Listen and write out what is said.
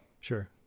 Sure